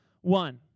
One